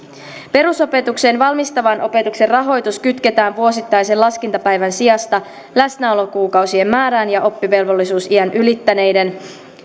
perusopetukseen valmistavan opetuksen rahoitus kytketään vuosittaisen laskentapäivän sijasta läsnäolokuukausien määrään ja oppivelvollisuusiän ylittäneiden